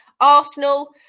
Arsenal